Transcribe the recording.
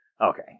okay